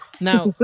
Now